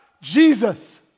Jesus